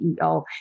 CEO